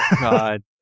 god